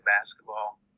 basketball